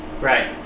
Right